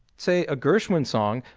say a gershwin song,